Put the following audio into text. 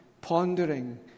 pondering